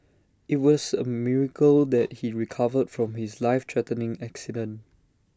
IT was A miracle that he recovered from his life threatening accident